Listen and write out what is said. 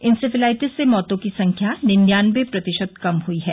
encephalitis से मौतों की संख्या निन्यानबे प्रतिशत कम हुयी है